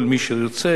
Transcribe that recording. כל מי שירצה,